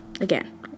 again